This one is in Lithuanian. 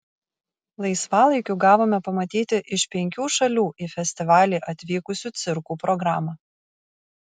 laisvalaikiu gavome pamatyti iš penkių šalių į festivalį atvykusių cirkų programą